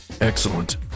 excellent